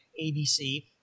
ABC